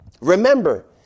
remember